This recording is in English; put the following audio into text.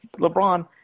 lebron